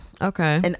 Okay